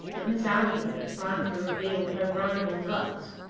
that miss aldclyffe had planned to reveal her rival thus!